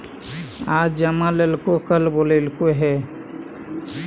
आज जमा लेलको कल बोलैलको हे?